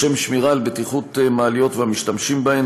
לשם שמירה על בטיחות מעליות והמשתמשים בהם,